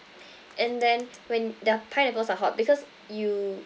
and then when the pineapples are hot because you